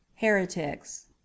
Heretics